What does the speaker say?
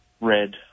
red